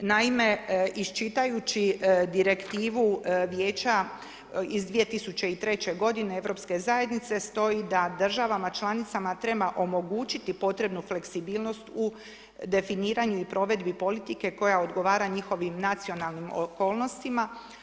Naime, iščitajući Direktivu Vijeća iz 2003. godine EZ-a stoji da državama članicama treba omogućiti potrebnu fleksibilnost u definiranju i provedbi politike koja odgovara njihovim nacionalnim okolnostima.